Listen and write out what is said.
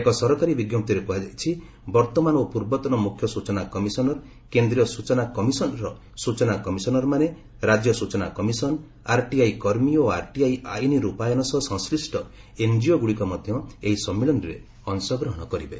ଏକ ସରକାରୀ ବିଜ୍ଞପ୍ତିରେ କୁହାଯାଇଛି ବର୍ତ୍ତମାନ ଓ ପୂର୍ବତନ ମୁଖ୍ୟ ସୂଚନା କମିଶନର କେନ୍ଦ୍ରୀୟ ସୂଚନା କମିଶନ୍ ର ସୂଚନା କମିଶନରମାନେ ରାଜ୍ୟ ସୂଚନା କମିଶନ୍ ଆର୍ଟିଆଇ କର୍ମୀ ଓ ଆର୍ଟିଆଇ ଆଇନ୍ ରୂପାୟନ ସହ ସଂଶ୍ଳିଷ୍ଟ ଏନ୍ଜିଓ ଗୁଡ଼ିକ ଏହି ସମ୍ମିଳନୀରେ ଅଂଶଗ୍ରହଣ କରିବେ